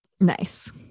Nice